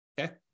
Okay